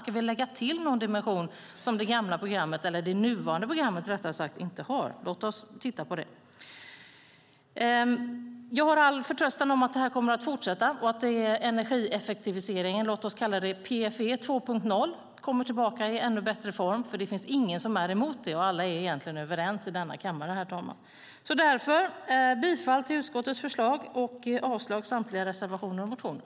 Ska vi lägga till någon dimension som det nuvarande programmet inte har? Låt oss titta på det! Jag hyser förtröstan om att det här kommer att fortsätta och att energieffektiviseringen - låt oss kalla den PFE 2.0 - kommer tillbaka i ännu bättre form. Det finns ingen som är emot det. Alla är egentligen överens i denna kammare, herr talman. Därför yrkar jag bifall till utskottets förslag och avslag på samtliga reservationer och motioner.